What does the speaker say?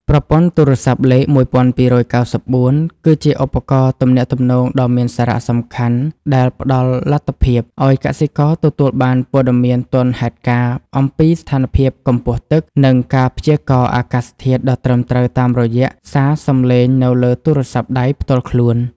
ប្រព័ន្ធទូរស័ព្ទលេខ ១២៩៤ គឺជាឧបករណ៍ទំនាក់ទំនងដ៏មានសារៈសំខាន់ដែលផ្តល់លទ្ធភាពឱ្យកសិករទទួលបានព័ត៌មានទាន់ហេតុការណ៍អំពីស្ថានភាពកម្ពស់ទឹក និងការព្យាករណ៍អាកាសធាតុដ៏ត្រឹមត្រូវតាមរយៈសារសំឡេងនៅលើទូរស័ព្ទដៃផ្ទាល់ខ្លួន។